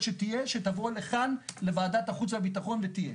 שתבוא לכאן לוועדת החוץ והביטחון ותהיה.